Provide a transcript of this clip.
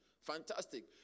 Fantastic